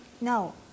No